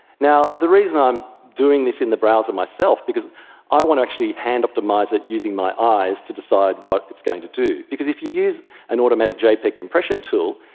now, the reason i'm doing this in the browser myself because i want to actually hand-optimize it using my eyes to decide what it's going to do. because if you use an automatic jpeg compression tool,